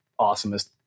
awesomest